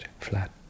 flat